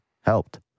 helped